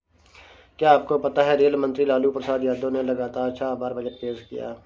क्या आपको पता है रेल मंत्री लालू प्रसाद यादव ने लगातार छह बार बजट पेश किया?